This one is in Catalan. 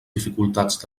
dificultats